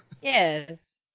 yes